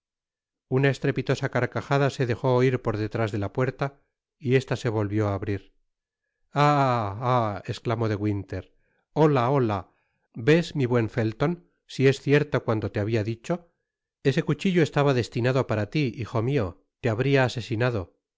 una estrepitosa carcajada se dejó oir por detrás de la puerta y esta se volvió á abrir ah ah esclamó de winter olal ola ves mi buen felton si es cierto cuanto te habia dicho ese cuchillo estaba destinado para ti hijo mio te habría asesinado